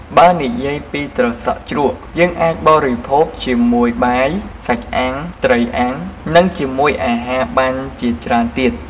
បេីនិយាយពីត្រសក់ជ្រក់យេីងអាចបរិភោគជាមួយបាយ សាច់អាំង ត្រីអាំងនិងជាមួយអាហារបានជាច្រេីនទៀត។